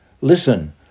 Listen